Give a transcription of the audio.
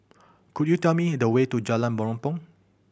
could you tell me the way to Jalan Mempurong